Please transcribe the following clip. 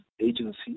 agency